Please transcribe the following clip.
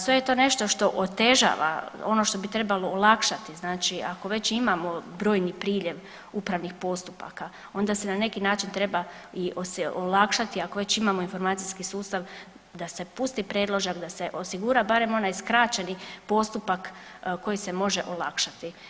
Sve je to nešto što otežava ono što bi trebalo olakšati, znači ako već imamo brojni priljev upravnih postupaka onda se na neki način treba i olakšati ako već imamo informacijski sustav da se pusti predložak, a se osigura barem onaj skraćeni postupak koji se može olakšati.